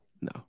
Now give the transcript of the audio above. no